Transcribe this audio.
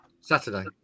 Saturday